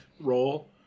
role